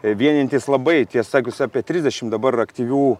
vienijantis labai tiesą pasakius apie trisdešimt dabar aktyvių